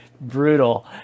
brutal